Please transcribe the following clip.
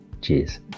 Cheers